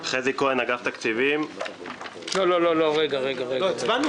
הפנייה נועדה להעברת עודפים משנת התקציב 2018 לשנת התקציב 2019